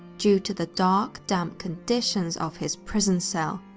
due to the dark, damp conditions of his prison cell.